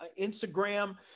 Instagram